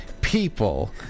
people